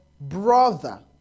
brother